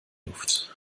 luft